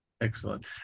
Excellent